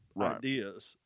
ideas